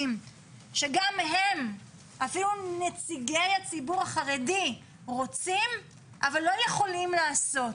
שגם מהם אפילו נציגי הציבור החרדי רוצים אבל לא יכולים לעשות.